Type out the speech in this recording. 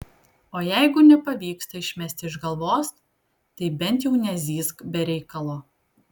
o jeigu nepavyksta išmesti iš galvos tai bent jau nezyzk be reikalo